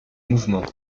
mouvement